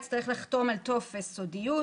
יצטרך לחתום על טופס סודיות,